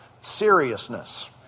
seriousness